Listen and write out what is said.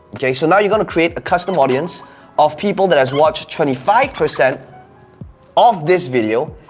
okay, so now you're gonna create a custom audience of people that has watched twenty five percent of this video.